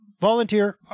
volunteer